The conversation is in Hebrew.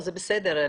זה בסדר,